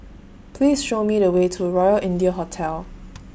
Please Show Me The Way to Royal India Hotel